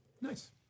Nice